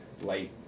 light